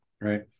right